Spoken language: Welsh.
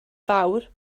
fawr